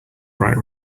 bright